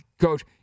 coach